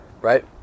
Right